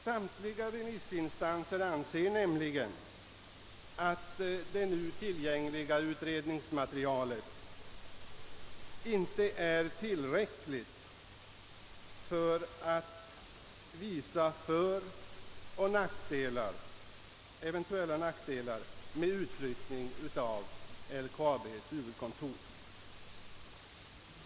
Samtliga remissinstanser menar nämligen, att det nu tillgängliga utredningsmaterialet inte är tillräckligt för att visa fördelar och eventuella nackdelar med utflyttning av LKAB:s huvudkontor.